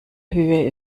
höhe